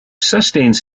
sustains